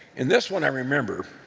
and this one, i remember.